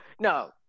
No